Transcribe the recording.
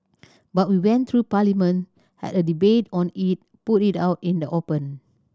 but we went through Parliament had a debate on it put it out in the open